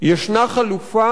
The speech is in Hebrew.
ישנה חלופה,